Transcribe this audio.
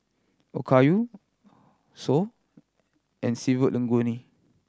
Okayu Pho and Seafood Linguine